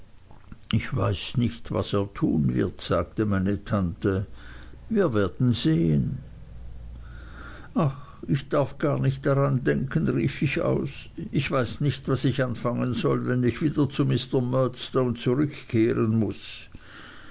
ich weiß nicht was er tun wird sagte meine tante wir werden sehen ach ich darf gar nicht daran denken rief ich aus ich weiß nicht was ich anfangen soll wenn ich wieder zu mr murdstone zurückkehren muß